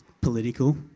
political